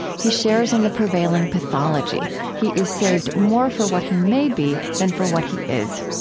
he shares in the prevailing pathology he is saved more for what he may be than for what he is,